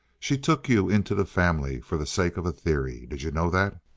she took you into the family for the sake of a theory. did you know that?